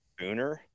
booner